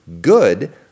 good